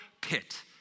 pit